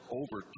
over